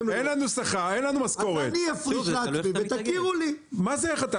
אני אפריש לעצמי ותכירו בזה.